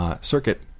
circuit